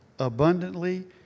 abundantly